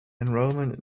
enrollment